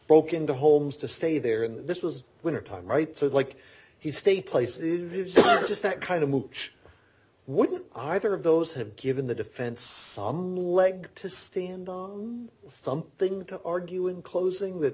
broke into homes to stay there and this was wintertime right so like he stayed places just that kind of mooch wouldn't either of those have given the defense some leg to stand on something to argue in closing that